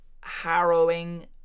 harrowing